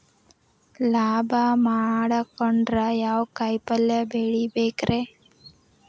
ಲಾಭ ಮಾಡಕೊಂಡ್ರ ಯಾವ ಕಾಯಿಪಲ್ಯ ಬೆಳಿಬೇಕ್ರೇ?